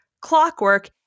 Clockwork